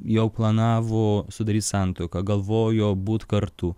jau planavo sudaryt santuoką galvojo būt kartu